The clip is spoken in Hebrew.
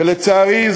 ולצערי,